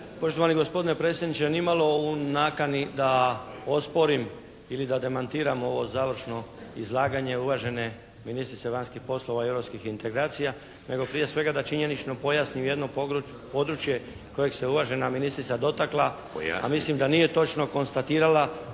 Poštovani gospodine predsjedniče nimalo u nakani da osporim ili da demantiram ovo završno izlaganje uvažene ministrice vanjskih poslova i europskih integracija nego prije svega da činjenično pojasnim jedno područje kojeg se uvažena ministrica dotakla …… /Upadica: Pojasnite./ … A mislim da nije točno konstatirala